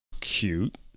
cute